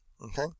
okay